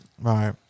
Right